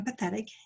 empathetic